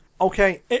Okay